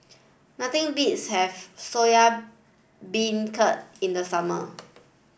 nothing beats having Soya Beancurd in the summer